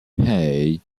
hey